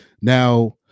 Now